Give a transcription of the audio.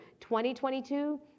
2022